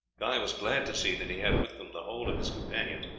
guy was glad to see that he had with him the whole of his companions.